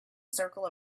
circle